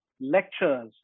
lectures